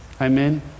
amen